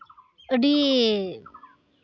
ᱟᱹᱰᱤ